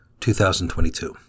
2022